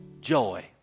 joy